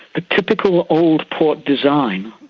the typical old port design,